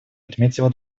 отметила